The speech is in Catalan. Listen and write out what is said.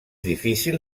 difícil